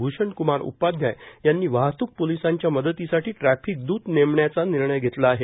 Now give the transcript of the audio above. भूषणक्मार उपाध्याय यांनी वाहतूक पोलिसांच्या मदतीसाठी ट्रॅफिकद्रत नेमण्याच्या निर्णय घेतला आहे